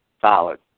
solid